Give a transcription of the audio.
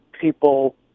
people